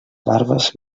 barbes